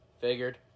Figured